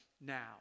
now